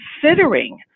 considering